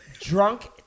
drunk